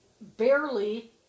barely